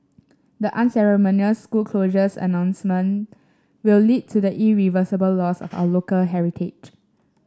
the unceremonious school closures announcement will lead to the irreversible loss of our local heritage